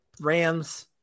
Rams